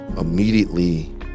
immediately